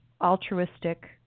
altruistic